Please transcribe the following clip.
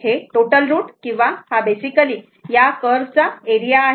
हे total route किंवा हा बेसिकली हा या कर्वचा एरिया आहे